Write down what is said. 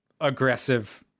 aggressive